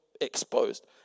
exposed